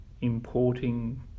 importing